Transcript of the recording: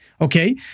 Okay